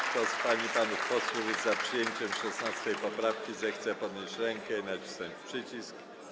Kto z pań i panów posłów jest za przyjęciem 16. poprawki, zechce podnieść rękę i nacisnąć przycisk.